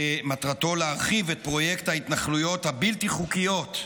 שמטרתו להרחיב את פרויקט ההתנחלויות הבלתי-חוקיות,